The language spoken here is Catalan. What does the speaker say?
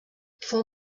fou